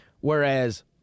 Whereas